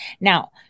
Now